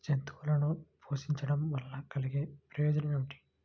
జంతువులను పోషించడం వల్ల కలిగే ప్రయోజనం ఏమిటీ?